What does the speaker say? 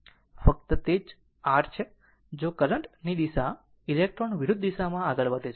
ફક્ત તે જ r છે જો કરંટ દિશા ઇલેક્ટ્રોન વિરુદ્ધ દિશામાં આગળ વધે છે